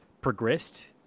progressed